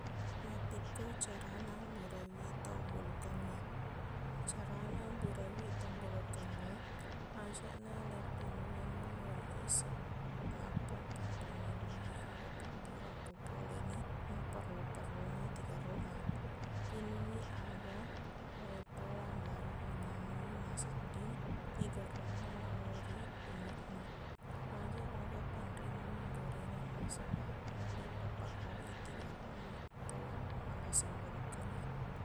Mappekko carana buraiwi tau bolokengnge carana buraiwi to bolokengnge ajakna leipinungengngi wae eseq nappa panre memanni aga pabbura ko poleni maperro-perrona tigerrokna pinungngi aga wae pella baraq manyamengngi nasedding tigerrokna lao ri ingeqna ajak aga panrengengngi gorengan nasabaq nulle paperroq i tigerrokna tau malasa bolokengnge